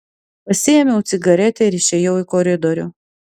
pasiėmiau cigaretę ir išėjau į koridorių